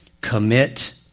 commit